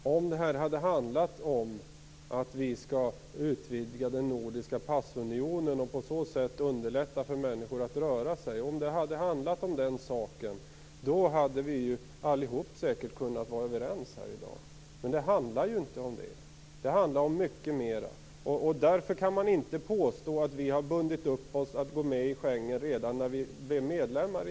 Herr talman! Om det hade handlat om att vi skall utvidga den nordiska passunionen och på så sätt underlätta för människor att röra sig, då hade vi allihop säkert kunnat vara överens i dag. Men det handlar inte om det, utan det handlar om mycket mer. Därför kan man inte påstå att vi har bundit upp oss för att gå med i Schengen redan i samband med att Sverige blev medlem i EU.